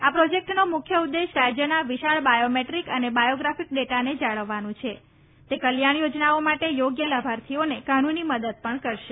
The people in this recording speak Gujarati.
આ પ્રોજેક્ટનો મુખ્ય ઉદ્દેશ્ય રાજ્યના વિશાળ બાયોમેદ્રિક અને બાયોગ્રાફિક ડેટાને જાળવવાનું છે તે કલ્યાણ યોજનાઓ માટે યોગ્ય લાભાર્થીઓને કાનૂની મદદ પણ કરશે